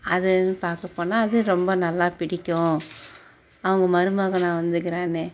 அதன்னு பார்க்க போனால் அது ரொம்ப நல்லா பிடிக்கும் அவங்க மருமகனாக வந்துக்கிறானே